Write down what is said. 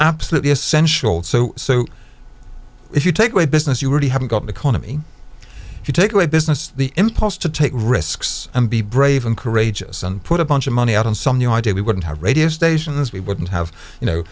absolutely essential so so if you take away business you really haven't got an economy if you take away business the impulse to take risks and be brave and courageous and put a bunch of money out on some new idea we wouldn't have radio stations we wouldn't have you know